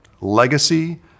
legacy